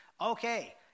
Okay